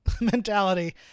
mentality